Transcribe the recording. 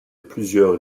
plusieurs